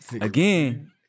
again